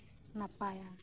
ᱱᱟᱯᱟᱭᱟ